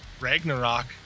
Ragnarok